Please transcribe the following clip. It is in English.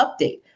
update